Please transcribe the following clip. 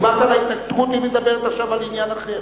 דיברת על ההתנתקות, היא מדברת עכשיו על עניין אחר.